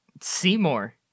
Seymour